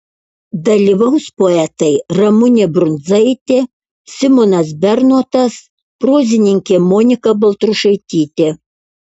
dalyvaus poetai ramunė brundzaitė simonas bernotas prozininkė monika baltrušaitytė